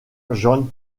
jan